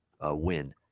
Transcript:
win